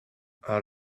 out